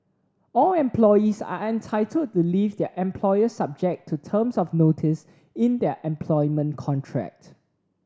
all employees are entitled to leave their employer subject to terms of notice in their employment contract